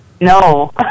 No